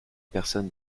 personne